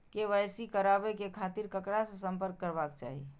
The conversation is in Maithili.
के.वाई.सी कराबे के खातिर ककरा से संपर्क करबाक चाही?